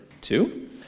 two